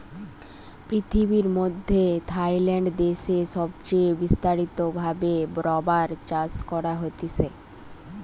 পৃথিবীর মধ্যে থাইল্যান্ড দেশে সবচে বিস্তারিত ভাবে রাবার চাষ করা হতিছে